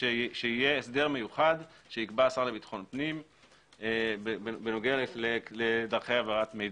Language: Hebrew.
שיהיה הסדר מיוחד שיקבע השר לביטחון פנים בנוגע לדרכי העברת מידע.